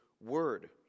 word